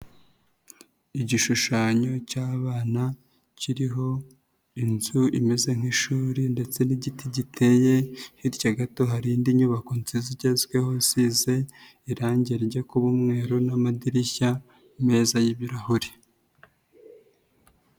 Igishushanyo cy'abana, kiriho inzu imeze nk'ishuri ndetse n'igiti giteye, hirya gato hari indi nyubako nziza igezweho isize irangi rijya kuba umweru, n'amadirishya meza y'ibirahuri.